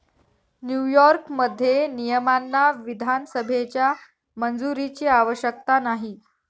न्यूयॉर्कमध्ये, नियमांना विधानसभेच्या मंजुरीची आवश्यकता नाही